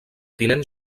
tinent